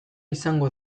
izango